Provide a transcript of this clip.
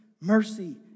mercy